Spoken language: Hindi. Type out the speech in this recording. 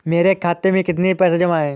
मेरे खाता में कितनी पैसे जमा हैं?